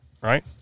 right